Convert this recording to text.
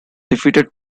defeated